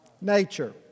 Nature